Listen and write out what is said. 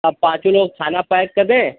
हाँ पाँचों लोग खाना पैक कर दें